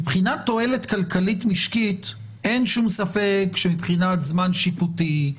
מבחינת תועלת כלכלית משקית אין שום ספק שמבחינת זמן שיפוטי,